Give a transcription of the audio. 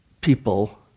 people